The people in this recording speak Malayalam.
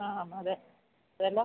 ആ അതെ അതെയല്ലോ